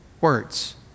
words